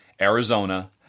Arizona